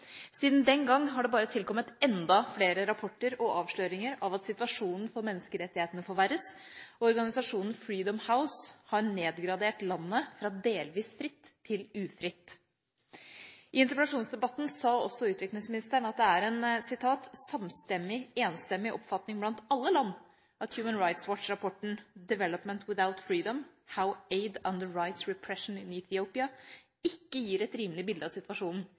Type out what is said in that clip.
Siden den gang har det bare tilkommet enda flere rapporter og avsløringer om at situasjonen for menneskerettighetene forverres, og organisasjonen Freedom House har nedgradert landet fra «delvis fritt» til «ufritt». I interpellasjonsdebatten sa også utviklingsministeren at det er en «samstemmig, enstemmig oppfatning» blant alle land om at Human Rights Watch-rapporten Development without Freedom: How Aid Underwrites Repression in Ethiopia ikke gir et rimelig bilde av situasjonen.